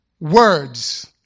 Words